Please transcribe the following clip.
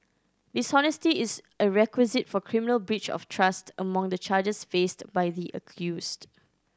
dishonesty is a requisite for criminal breach of trust among the charges faced by the accused